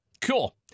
Cool